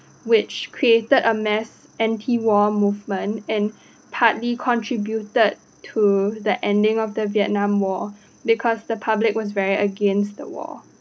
which created a mass anti war movement and partly contributed to the ending of the vietnam war because the public was very against the war